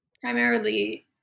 primarily